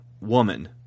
woman